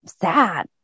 sad